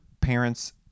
parents